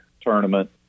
tournament